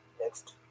Next